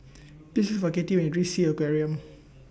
Please Look For Katie when YOU REACH Sea Aquarium